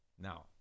Now